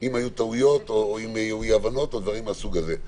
אם היו טעויות או אם היו אי הבנות או דברים מהסוג הזה.